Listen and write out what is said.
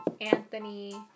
Anthony